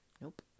nope